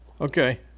okay